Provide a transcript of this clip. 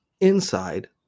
inside